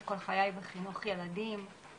הן קורות מתוך הנאה כאשר ילדים רוצים